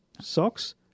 socks